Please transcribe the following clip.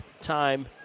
time